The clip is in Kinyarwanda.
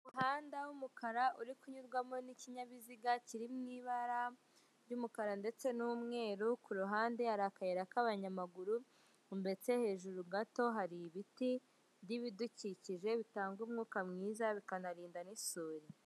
Umuhanda w'umukara uri kunyurwamo n'ikinyabiziga kiri mu ibaramu ry'umukara ndetse n'umweru, ku ruhande hari akayira k'abanyamaguru ndetse hejuru gato hari ibiti by'ibidukikije bitanga umwuka mwiza bikanarinda n'isuri.